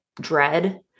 dread